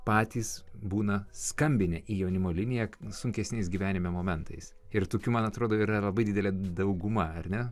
patys būna skambinę į jaunimo liniją sunkesniais gyvenime momentais ir tokių man atrodo yra labai didelė dauguma ar ne